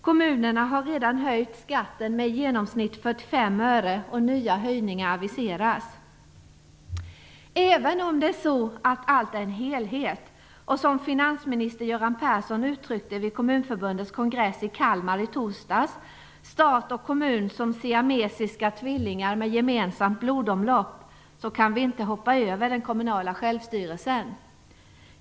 Kommunerna har redan höjt skatten med i genomsnitt Även om allt är en helhet och, som finansminister Göran Persson uttryckte det vid Kommunförbundets kongress i Kalmar i torsdags, stat och kommun är som siamesiska tvillingar med gemensamt blodomlopp, kan vi inte hoppa över den kommunala självstyrelsen.